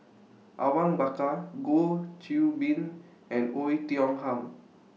Awang Bakar Goh Qiu Bin and Oei Tiong Ham